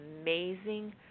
amazing